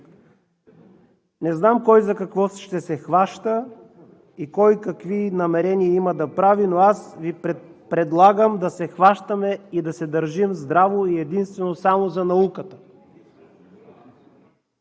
Не знам кой за какво ще се хваща и кой какви намерения има да прави, но аз Ви предлагам да се хващаме и да се държим здраво и единствено само за науката!